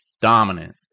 Dominant